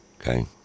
Okay